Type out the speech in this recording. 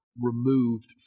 removed